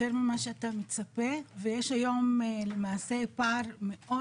יותר ממה שאתה מצפה ויש היום למעשה פער מאוד